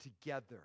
together